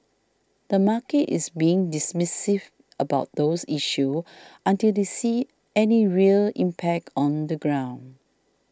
the market is being dismissive about those issues until they see any real impact on the ground